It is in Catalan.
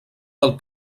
del